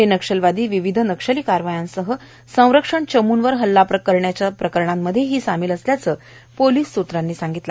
हे नक्षतवादी विविध नक्षती कारवायांसह संरक्षण चमूंवर हल्ला करण्याच्या प्रकरणात सामिल असल्याचं पोलीस सूत्रांनी सांगितलं